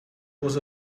was